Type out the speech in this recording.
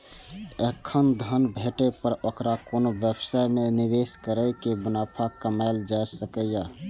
एखन धन भेटै पर ओकरा कोनो व्यवसाय मे निवेश कैर के मुनाफा कमाएल जा सकैए